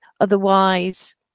Otherwise